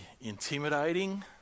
intimidating